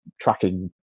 tracking